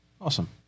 Awesome